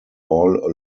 all